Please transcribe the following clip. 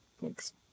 Thanks